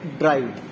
drive